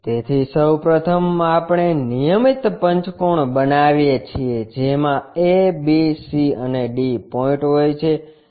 તેથી સૌ પ્રથમ આપણે નિયમિત પંચકોણ બનાવીએ છીએ જેમાં a b c અને d પોઇન્ટ હોય છે